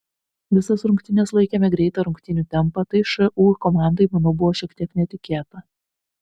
visas rungtynes laikėme greitą rungtynių tempą tai šu komandai manau buvo šiek tiek netikėta